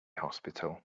hospital